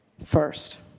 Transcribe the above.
First